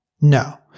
no